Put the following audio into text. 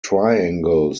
triangle